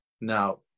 Now